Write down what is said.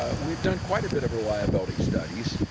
but we've done quite a bit reliability studies,